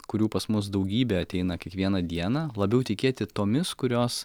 kurių pas mus daugybė ateina kiekvieną dieną labiau tikėti tomis kurios